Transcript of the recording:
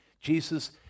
Jesus